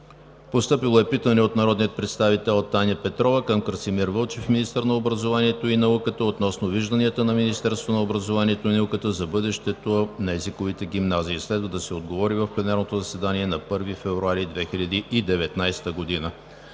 постъпило е питане от народния представител Таня Петрова към Красимир Вълчев – министър на образованието и науката, относно вижданията на Министерството на образованието и науката за бъдещето на езиковите гимназии. Следва да се отговори в пленарното заседание на 1 февруари 2019 г.